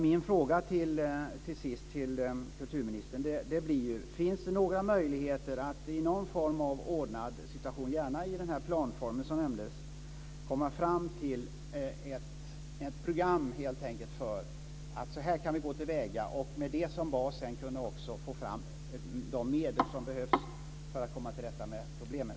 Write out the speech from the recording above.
Min fråga, till sist, till kulturministern blir: Finns det några möjligheter att i någon ordnad form, gärna i den planform som nämndes, komma fram till ett program för hur vi kan gå till väga och med det som bas sedan också kunna få fram de medel som behövs för att komma till rätta med problemet?